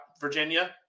Virginia